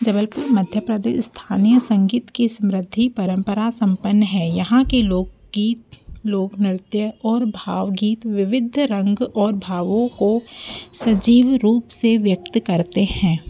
जबलपुर मध्य प्रदेश स्थानीय संगीत की समृद्धि परंपरा सम्पन्न है यहाँ के लोकगीत लोकनृत्य और भावगीत विविध रंग और भावों को सजीव रूप से व्यक्त करते हैं